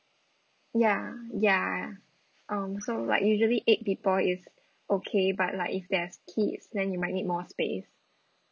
ya ya um so like usually eight people is okay but like if there's kids then you might need more space